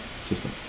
system